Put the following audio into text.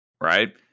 right